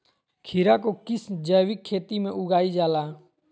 खीरा को किस जैविक खेती में उगाई जाला?